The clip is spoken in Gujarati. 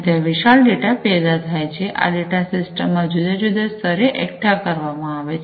અને ત્યાં વિશાળ ડેટા પેદા થાય છે આ ડેટા સિસ્ટમમાં જુદા જુદા સ્તરે એકઠા કરવામાં આવે છે